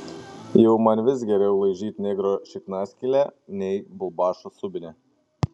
jau man vis geriau laižyt negro šiknaskylę nei bulbašo subinę